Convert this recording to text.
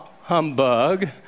humbug